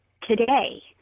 today